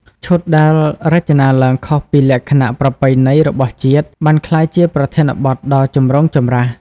ឈុតដែលរចនាឡើងខុសពីលក្ខណៈប្រពៃណីរបស់ជាតិ បានក្លាយជាប្រធានបទដ៏ចម្រូងចម្រាស។